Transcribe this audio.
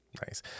Nice